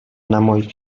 نمایید